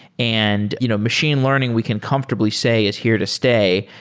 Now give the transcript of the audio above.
and you know machine learning we can comfortably say is here to stay.